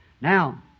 Now